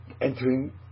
entering